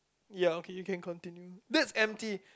ya okay you can continue that's empty